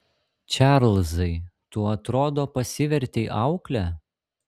čarlzai tu atrodo pasivertei aukle